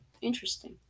Interesting